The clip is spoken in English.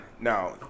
now